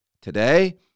Today